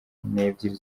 n’ebyiri